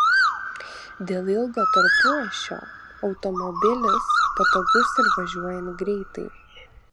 dėl ilgo tarpuašio automobilis patogus ir važiuojant greitai